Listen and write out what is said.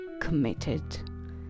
committed